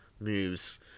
moves